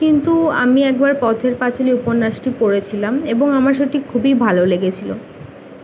কিন্তু আমি একবার পথের পাঁচালি উপন্যাসটি পড়েছিলাম এবং আমার সেটি খুবই ভালো লেগেছিলো